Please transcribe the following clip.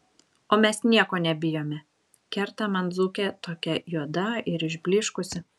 o mes nieko nebijome kerta man dzūkė tokia juoda ir išblyškusi